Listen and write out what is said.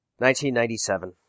1997